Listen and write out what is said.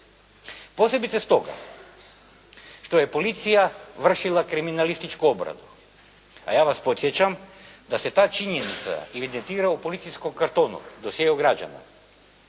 Posebice stoga što je policija vršila kriminalističku obradu, a vas podsjećam da se ta činjenica evidentira u policijskom kartonu, dosjeu građana.